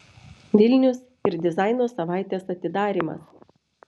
vilnius ir dizaino savaitės atidarymas